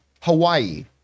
Hawaii